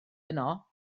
yno